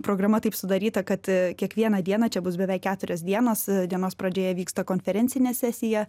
programa taip sudaryta kad kiekvieną dieną čia bus beveik keturios dienas dienos pradžioje vyksta konferencinė sesija